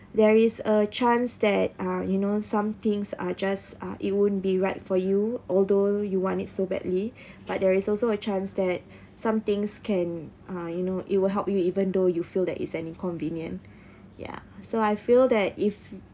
there is a chance that uh you know some things are just uh it won't be right for you although you want it so badly but there is also a chance that somethings can uh you know it will help you even though you feel that it's an inconvenient ya so I feel that if